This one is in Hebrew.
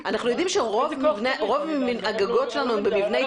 אנחנו יודעים שרוב הגגות שלנו הם במבני ציבור.